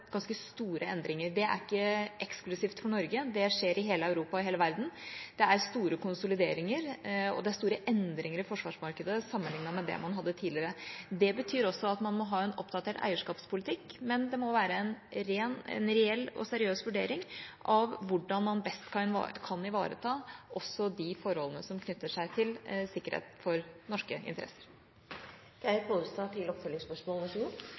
ganske store endringer. Det er ikke eksklusivt for Norge, det skjer i hele Europa, i hele verden. Det er store konsolideringer, og det er store endringer i forsvarsmarkedet sammenliknet med det man hadde tidligere. Det betyr også at man må ha en oppdatert eierskapspolitikk, men det må være en reell og seriøs vurdering av hvordan man best kan ivareta også de forholdene som knytter seg til sikkerhet for norske interesser. Jeg føler det er helt naturlig å stille spørsmål om sikkerhets- og beredskapspolitikken til